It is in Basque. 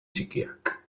txikiak